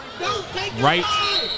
right